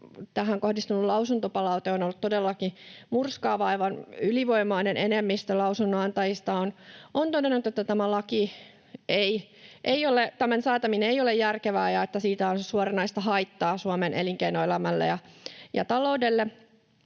kohdistunut lausuntopalaute on ollut todellakin murskaavaa. Aivan ylivoimainen enemmistö lausunnonantajista on todennut, että tämän lain säätäminen ei ole järkevää ja että siitä on suoranaista haittaa Suomen elinkeinoelämälle ja taloudelle.